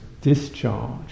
discharge